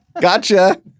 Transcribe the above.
Gotcha